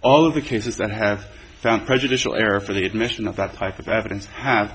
all of the cases that have found prejudicial air for the admission of that type of evidence have